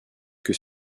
que